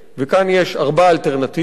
וכאן יש ארבע אלטרנטיבות: